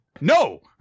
No